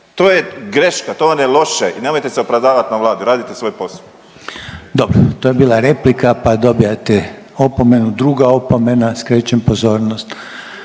to je greška, to vam je loše i nemojte se opravdavati na Vladu, radite svoj posao. **Reiner, Željko (HDZ)** Dobro. To je bila replika pa dobivate opomenu. Druga opomena, skrećem pozornost.